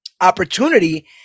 opportunity